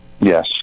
Yes